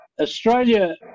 Australia